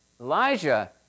Elijah